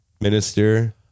minister